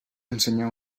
ensenyar